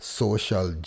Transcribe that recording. social